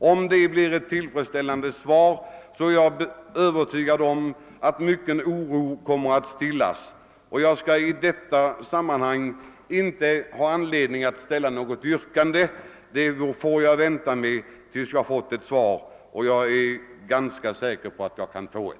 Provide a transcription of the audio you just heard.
Om svaret blir tillfredsställande är jag övertygad om att mycken oro kommer att stillas. Jag skall i detta sammanhang inte ställa något yrkande. Det får jag vänta med tills jag fått ett svar, och jag är ganska säker på att jag kan få ett.